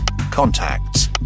contacts